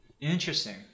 Interesting